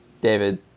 David